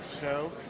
show